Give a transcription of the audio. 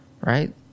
right